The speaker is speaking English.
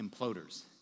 imploders